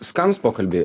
skanūs pokalbiai